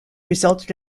resulted